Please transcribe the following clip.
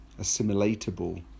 assimilatable